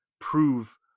prove